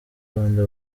rwanda